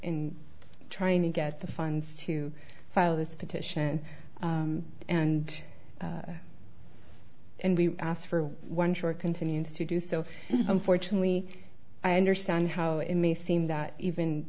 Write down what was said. trying to get the funds to file this petition and and we asked for one short continues to do so unfortunately i understand how it may seem that even